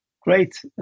Great